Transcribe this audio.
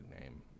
name